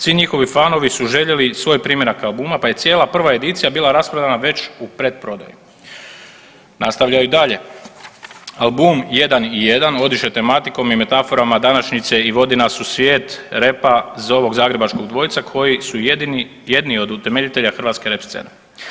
Svi njihovi fanovi su željeli svoj primjerak albuma pa je cijela prva edicija bila rasprodana već u pretprodaji.“ Nastavljaju i dalje: „Album Jedan i Jedan odiše tematikom i metaforom današnjice i vodi nas u svijet repa ovog zagrebačkog dvojca koji su jedni od utemeljitelja hrvatske rep scene“